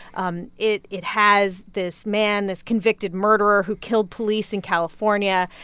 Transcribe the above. um it it has this man this convicted murderer who killed police in california.